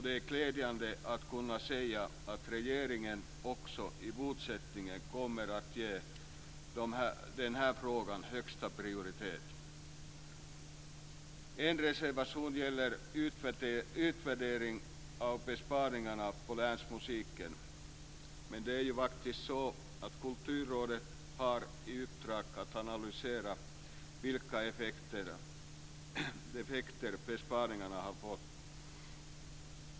Det är glädjande att kunna säga att regeringen också i fortsättningen kommer att ge den här frågan högsta prioritet En reservation gäller utvärdering av besparingarna på länsmusiken. Men det är faktiskt så att Kulturrådet har i uppdrag att analysera vilka effekter besparingarna har fått.